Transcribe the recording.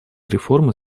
реформы